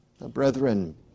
Brethren